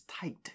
tight